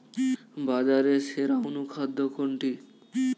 বাজারে সেরা অনুখাদ্য কোনটি?